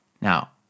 now